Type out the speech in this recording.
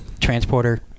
transporter